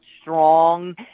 strong